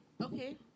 Okay